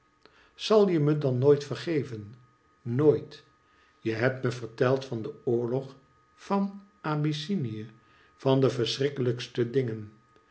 zal je me dan nooit vergeven nooit je hebt me verteld van den oorlog van abyssinie van de verschrikkelijkste dingen